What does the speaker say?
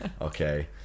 okay